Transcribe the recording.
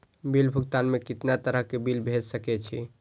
Bill भुगतान में कितना तरह के बिल भेज सके छी?